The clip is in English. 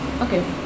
Okay